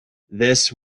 this